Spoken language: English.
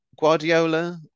Guardiola